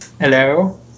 Hello